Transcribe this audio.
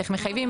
איך מחייבים?